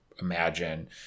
imagine